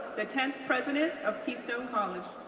the tenth president of keystone college.